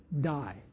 die